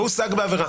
לא הושג בעבירה.